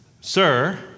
sir